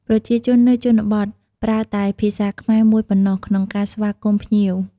ប្រជាជននៅជនបទ ប្រើតែភាសាខ្មែរមួយប៉ុណ្ណោះក្នុងការស្វាគមន៍ភ្ញៀវ។